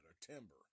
timber